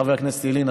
חבר הכנסת ילין.